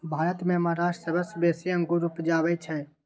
भारत मे महाराष्ट्र सबसँ बेसी अंगुर उपजाबै छै